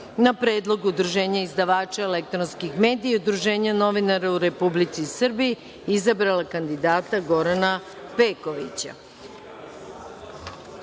na predlog udruženja izdavača elektronskih medija i udruženja novinara u Republici Srbiji izabrala kandidata Gorana